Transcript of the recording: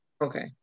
Okay